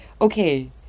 Okay